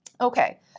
Okay